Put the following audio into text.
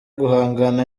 guhangana